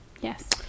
yes